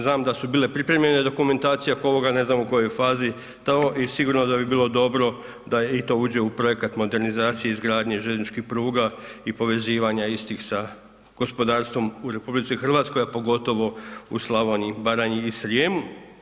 Znam da su bile pripremljene dokumentacije oko ovoga, ne znam u kojoj je fazi to i sigurno da bi bilo dobro da i to uđe u projekata modernizacije izgradnje željezničkih pruga i povezivanje istih sa gospodarstvo u RH, a pogotovo u Slavoniji, Baranji i Srijemu.